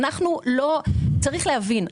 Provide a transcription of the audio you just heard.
צריך להבין,